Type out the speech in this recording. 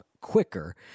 quicker